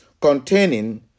containing